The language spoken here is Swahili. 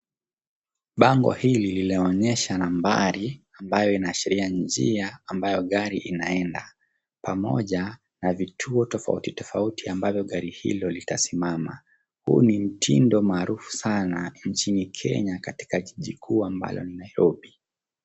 Bango hili linaonyesha nambari ambayo inaashiria njia ambayo gari inaenda, pamoja na vituo tofauti tofauti ambavyo gari hilo litasimama. Huu ni mtindo maarufu sana nchini kenya katika jiji kuu ambalo ni Nairobi.